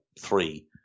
three